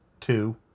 two